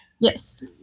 Yes